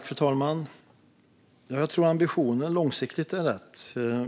Fru talman! Jag tror att ambitionen är rätt på lång sikt.